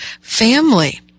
family